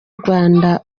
rwanda